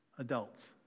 Adults